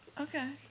Okay